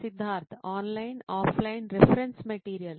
Siddharth online offline reference materials